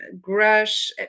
GRUSH